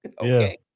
Okay